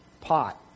pot